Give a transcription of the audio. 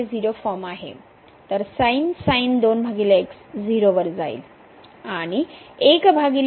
तर 0 वर जाईल आणि 1 x देखील 0 वर जाईल